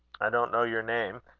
i don't know your name,